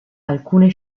alcune